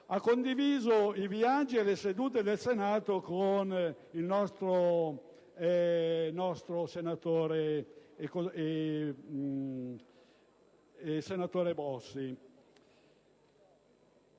a condividere i viaggi e le sedute del Senato con il senatore Bossi.